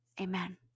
Amen